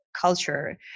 culture